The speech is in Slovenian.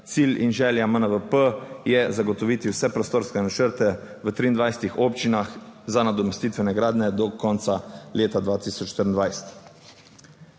Cilj in želja MNVP je zagotoviti vse prostorske načrte v 23 občinah za nadomestitvene gradnje do konca leta 2024.